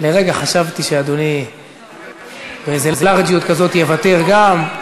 לרגע חשבתי שאדוני באיזה לארג'יות כזאת יוותר גם.